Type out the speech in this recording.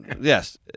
yes